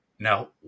Now